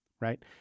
right